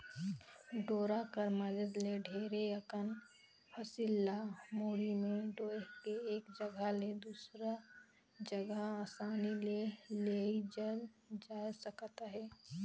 डोरा कर मदेत ले ढेरे अकन फसिल ल मुड़ी मे डोएह के एक जगहा ले दूसर जगहा असानी ले लेइजल जाए सकत अहे